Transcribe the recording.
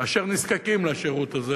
אשר נזקקים לשירות הזה.